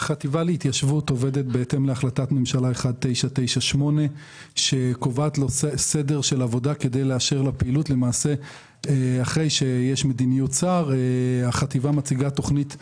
החטיבה להתיישבות עובדת בהתאם להחלטת ממשלה 1998. אחרי שיש מדיניות שר החטיבה מציגה תכנית עבודה.